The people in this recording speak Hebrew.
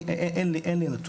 אין לי נתון.